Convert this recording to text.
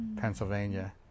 Pennsylvania